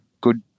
good